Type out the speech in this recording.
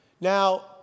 Now